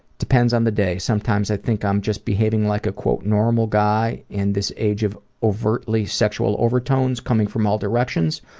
depends on the day. sometimes i think i'm just behaving like a normal guy in this age of overtly sexual overtones coming from all directions.